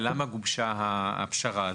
ולמה גובשה הפשרה הזאת.